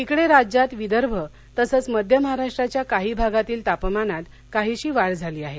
केडे राज्यात विदर्भ तसंच मध्य महाराष्ट्राच्या काही भागातील तापमानात काहीशी वाढ झाली आहे